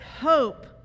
hope